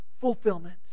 fulfillment